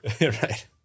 Right